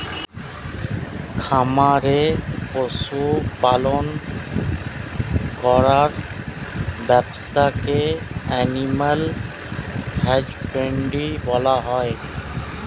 খামারে পশু পালন করার ব্যবসাকে অ্যানিমাল হাজবেন্ড্রী বলা হয়